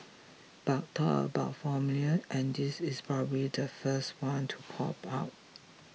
but talk about formulae and this is probably the first one to pop up